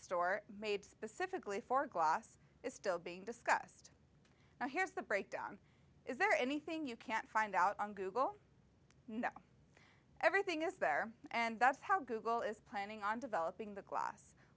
store made specifically for glass is still being discussed and here's the breakdown is there anything you can't find out on google everything is there and that's how google is planning on developing the class